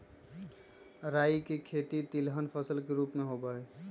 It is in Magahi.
राई के खेती तिलहन फसल के रूप में होबा हई